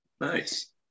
Nice